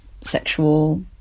sexual